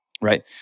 right